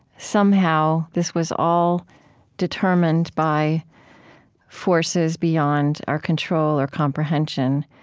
somehow this was all determined by forces beyond our control or comprehension,